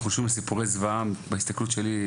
ואנחנו שומעים על סיפורי זוועה, בהסתכלות שלי.